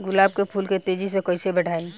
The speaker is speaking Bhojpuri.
गुलाब के फूल के तेजी से कइसे बढ़ाई?